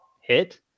hit